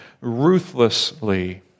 ruthlessly